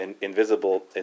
invisible